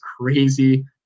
crazy